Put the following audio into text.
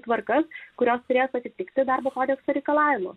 tvarkas kurios turės atitikti darbo kodekso reikalavimus